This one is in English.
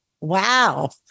wow